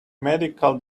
medical